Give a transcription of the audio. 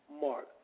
mark